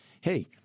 Hey